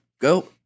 go